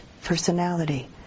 personality